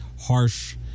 harsh